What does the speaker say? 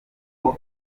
uwo